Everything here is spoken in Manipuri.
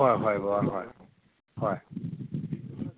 ꯍꯣꯏ ꯍꯣꯏ ꯕꯕꯥ ꯍꯣꯏ ꯍꯣꯏ